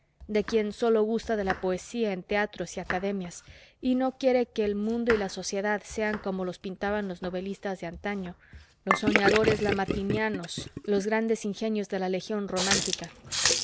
de quien sólo gusta de la poesía en teatros y academias y no quiere que el mundo y la sociedad sean como los pintaban los novelistas de antaño los soñadores lamartinianos los grandes ingenios de la legión romántica